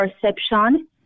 perception